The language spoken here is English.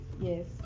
Yes